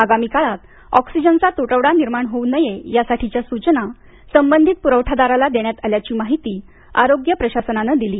आगामी काळात ऑक्सिजनचा तुटवडा निर्माण होऊ नये यासाठीच्या सूचना संबंधित पुरवठादाराला देण्यात आल्याची माहिती आरोग्य प्रशासनानं दिली